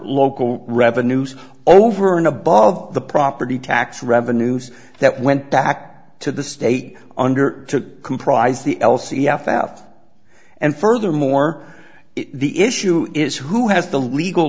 local revenues over and above the property tax revenues that went back to the state under to comprise the l c f f and furthermore the issue is who has the legal